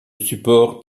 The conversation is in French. support